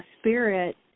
spirit